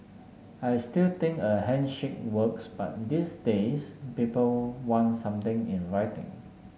I still think a handshake works but these days people want something in writing